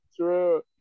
True